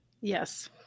Yes